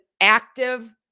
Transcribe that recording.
active